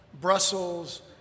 Brussels